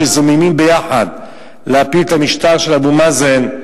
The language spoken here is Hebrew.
שזוממים ביחד להפיל את המשטר של אבו מאזן,